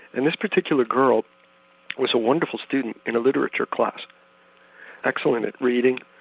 and this particular girl was a wonderful student in a literature class excellent at reading,